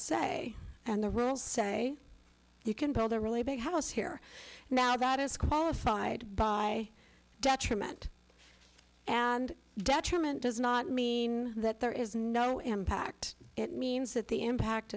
say and the rules say you can build a really big house here now that is qualified by detriment and detriment does not mean that there is no impact it means that the impact